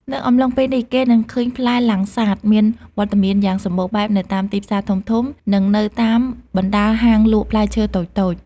នៅអំឡុងពេលនេះ គេនឹងឃើញផ្លែលាំងសាតមានវត្តមានយ៉ាងសម្បូរបែបនៅតាមទីផ្សារធំៗ និងនៅតាមបណ្ដាលហាងលក់ផ្លែឈើតូចៗ។